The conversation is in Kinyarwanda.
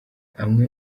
amwe